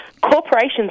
corporations